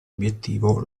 obiettivo